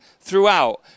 throughout